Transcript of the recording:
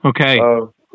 Okay